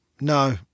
No